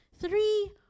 Three